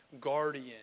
guardian